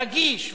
רגיש,